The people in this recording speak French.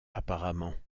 apparemment